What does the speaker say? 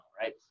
right